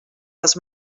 les